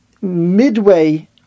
Midway